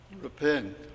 repent